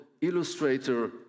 illustrator